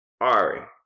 Ari